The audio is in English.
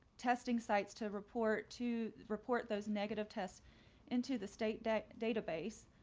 testing sites to report to report those negative tests into the state debt database,